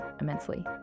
immensely